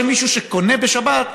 זה לא שמישהו שקונה בשבת,